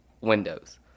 windows